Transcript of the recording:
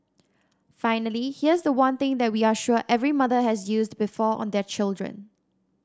finally here's the one thing that we are sure every mother has used before on their children